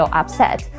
upset